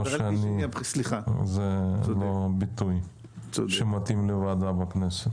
היא לא ביטוי שמתאים לוועדה בכנסת.